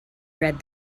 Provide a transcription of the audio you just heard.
read